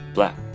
Black